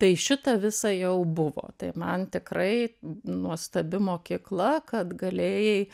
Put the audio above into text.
tai šitą visą jau buvo tai man tikrai nuostabi mokykla kad galėjai